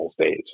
days